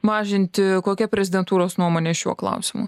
mažinti kokia prezidentūros nuomonė šiuo klausimu